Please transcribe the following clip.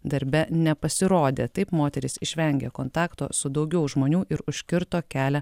darbe nepasirodė taip moteris išvengė kontakto su daugiau žmonių ir užkirto kelią